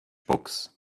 books